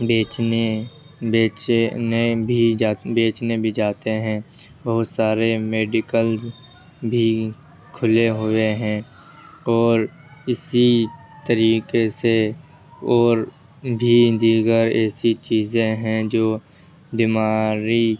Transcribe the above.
بیچنے بیچنے بھی بیچنے بھی جاتے ہیں بہت سارے میڈیکلز بھی کھلے ہوئے ہیں اور اسی طریقے سے اور بھی دیگر ایسی چیزیں ہیں جو بیماری